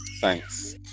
thanks